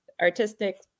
artistic